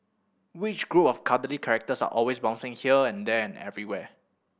which group of cuddly characters are always bouncing here and there and everywhere